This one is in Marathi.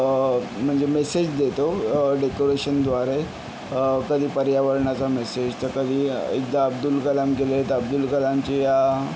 म्हणजे मेसेज देतो डेकोरेशनद्वारे कधी पर्यावरणाचा मेसेज तर कधी एकदा अब्दुल कलाम गेले तर अब्दुल कलामच्या